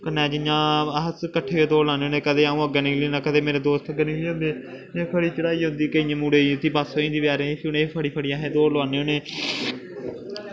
कन्नै जियां अस कट्ठे दौड़ लान्ने होन्ने कदें अ'ऊं अग्गें निकली जन्ना कदें मेरे दोस्त अग्गें निकली जंदे ते खड़ी चढ़ाई औंदी केइयें मुड़े दी बस्स होई जंदी उत्थें फड़ी फड़ी अस दौड़ लोआने होन्ने